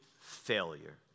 failure